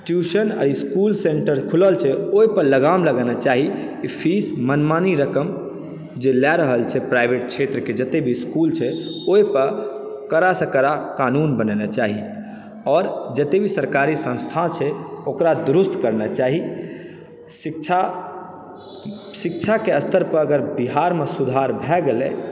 tuition आ school centre खुलल छै ओहि पर लगाम लगेनै चाही फीस मनमानी रक़म जे लै रहल छै प्राइवट क्षेत्र के जतय भी इसकुल छै ओहि पर कड़ा सॅं कड़ा कानून बनेना चाही आओर जतय भी सरकारी संस्था छै ओकरा दुरुस्त करना चाही शिक्षा शिक्षा के स्तर पर अगर बिहारमे सुधार भए गेलै